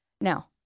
Now